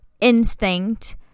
instinct